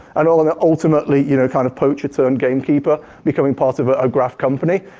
and all of that ultimately you know kind of poacher turned gamekeeper becoming part of ah a graph company.